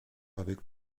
avec